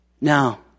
Now